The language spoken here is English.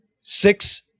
six